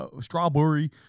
strawberry